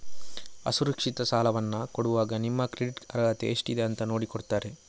ಅಸುರಕ್ಷಿತ ಸಾಲವನ್ನ ಕೊಡುವಾಗ ನಿಮ್ಮ ಕ್ರೆಡಿಟ್ ಅರ್ಹತೆ ಎಷ್ಟಿದೆ ಅಂತ ನೋಡಿ ಕೊಡ್ತಾರೆ